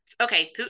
okay